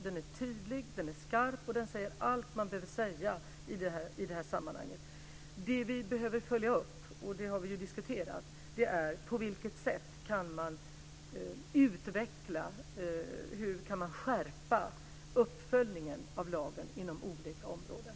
Den är klar, tydlig och skarp, och den säger allt som behöver sägas i det här sammanhanget. Vad vi behöver följa upp, och det har vi diskuterat, är på vilket sätt man kan utveckla, skärpa, uppföljningen av lagen inom olika områden.